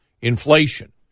Inflation